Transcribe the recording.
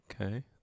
okay